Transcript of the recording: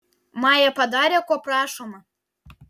maja padarė ko prašoma